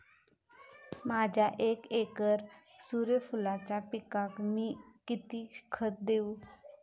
माझ्या एक एकर सूर्यफुलाच्या पिकाक मी किती खत देवू?